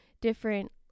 different